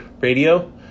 Radio